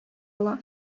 ала